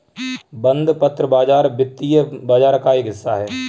बंधपत्र बाज़ार वित्तीय बाज़ार का एक हिस्सा है